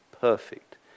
perfect